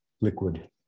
liquid